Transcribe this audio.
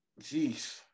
Jeez